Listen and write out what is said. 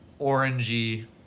orangey